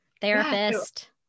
therapist